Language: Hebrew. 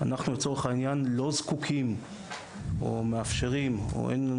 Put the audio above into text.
אנחנו לצורך העניין לא זקוקים או מאפשרים או אין לנו